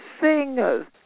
singers